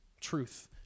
truth